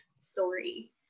story